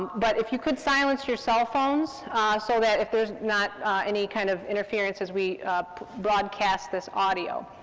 but if you could silence your cellphones so that, if there's not any kind of interference, as we broadcast this audio.